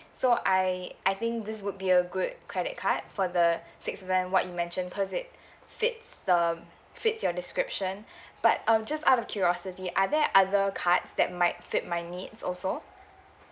so I I think this would be a good credit card for the six when what you mentioned cause it fits the fits your description but um just out of curiosity are there other cards that might fit my needs also